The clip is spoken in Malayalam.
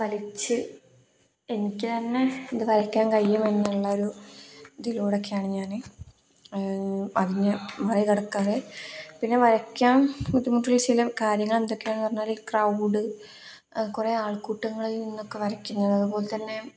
വരച്ച് എനിക്ക് തന്നെ ഇത് വരയ്ക്കാൻ കയിയുമെന്നുള്ള ഒരു ഇതിലൂടൊക്കെയാണ് ഞാൻ അതിനെ മറികടക്കാറ് പിന്നെ വരയ്ക്കാൻ ബുദ്ധിമുട്ടുള്ള ചില കാര്യങ്ങൾ എന്തൊക്കെയാെണ് എന്ന് പറഞ്ഞാൽ ഈ ക്രൗഡ് കുറേ ആൾക്കൂട്ടങ്ങളിൽനിന്നൊക്കെ വരയ്ക്കുന്നത് അതുപോലെത്തന്നെ